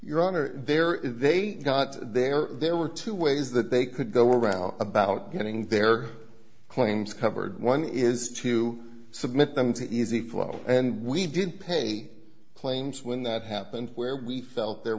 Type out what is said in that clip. your honor there is they got there there were two ways that they could go around about getting their claims covered one is to submit them to easy flow and we did pay claims when that happened where we felt there